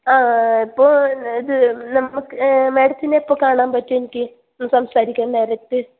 ആ ആ അപ്പോൾ ഇത് നമുക്ക് മേഡത്തിനെ എപ്പോൾ കാണാൻ പറ്റും എനിക്ക് സംസാരിക്കാൻ ഡയറക്ട്